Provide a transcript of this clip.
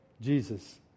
Jesus